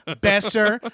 Besser